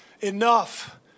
enough